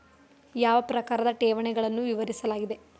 ಯಾವ ಪ್ರಕಾರದ ಠೇವಣಿಗಳನ್ನು ವಿವರಿಸಲಾಗಿದೆ?